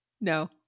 no